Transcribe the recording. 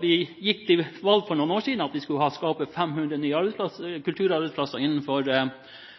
Vi gikk til valg for noen år siden på at vi skulle skape 500 nye kulturarbeidsplasser i Finnmark innen 2012, eller var det 2014 – jeg husker ikke – men åkkesom er dagens nyhet fra Finnmark at vi